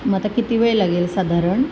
मग आता किती वेळ लागेल साधारण